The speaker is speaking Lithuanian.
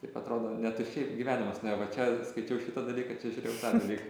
taip atrodo ne tuščiai gyvenimas nuėjo va čia skaičiau šitą dalyką čia žiūrėjau tą dalyką